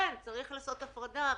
אבל כן צריך לעשות הפרדה.